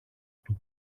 του